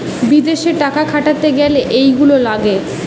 বিদেশে টাকা খাটাতে গ্যালে এইগুলা লাগে